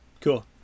cool